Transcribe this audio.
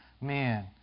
man